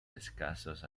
escasos